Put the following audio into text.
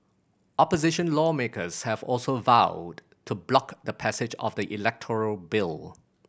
opposition lawmakers have also vowed to block the passage of the electoral bill